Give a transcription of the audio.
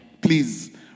Please